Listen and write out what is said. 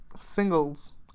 singles